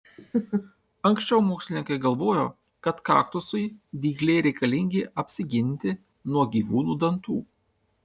anksčiau mokslininkai galvojo kad kaktusui dygliai reikalingi apsiginti nuo gyvūnų dantų